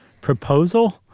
proposal